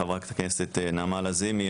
חברת הכנסת נעמה לזימי,